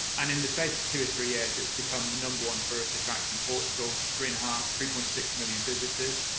and in the space of two or three years it's become the no. one tourist attraction in portugal three and three point six million visitors.